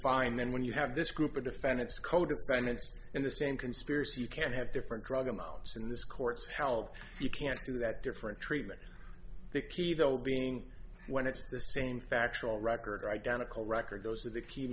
find then when you have this group of defendants co defendants in the same conspiracy you can't have different drug amounts in this court's help you can't do that different treatment the key though being when it's the same factual record identical record those are the key